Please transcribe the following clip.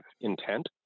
intent